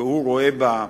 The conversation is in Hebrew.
והוא רואה בה,